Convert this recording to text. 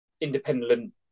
independent